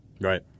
Right